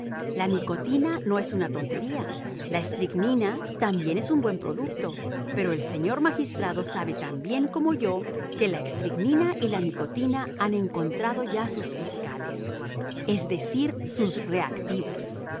la nicotina no es una tontería la estricnina también es un buen producto pero el señor magistrado sabe tan bien como yo que la estricnina y la nicotina han encontrado ya sus fiscales es decir sus reactivos